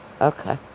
Okay